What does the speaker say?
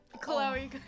chloe